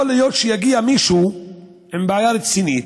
יכול להיות שיגיע מישהו עם בעיה רצינית,